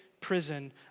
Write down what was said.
prison